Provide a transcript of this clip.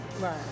Right